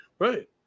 Right